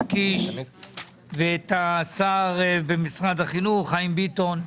קיש ואת השר במשרד החינוך מר חיים ביטון.